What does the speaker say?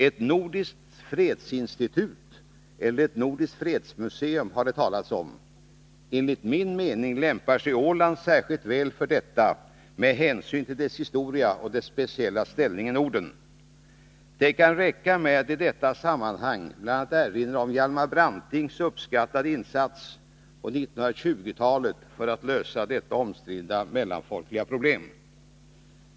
Ett nordiskt fredsinstitut eller ett nordiskt fredsmuseum har det talats om. Enligt min mening lämpar sig Åland särskilt väl för detta med hänsyn till dess historia och dess speciella ställning i Norden. Det kan räcka med att i detta sammanhang erinra om Hjalmar Brantings uppskattade insats på 1920-talet för att lösa det mellanfolkliga problemet med den då omstridda ögruppen.